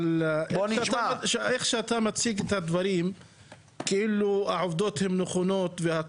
אבל איך שאתה מציג את הדברים כאילו העובדות הן נכונות.